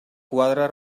quadre